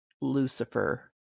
Lucifer